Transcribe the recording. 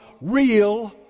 real